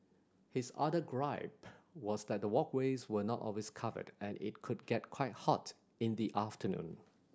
his other gripe was that the walkways were not always covered and it could get quite hot in the afternoon